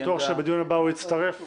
אני בטוח שבדיון הבא הוא יצטרף.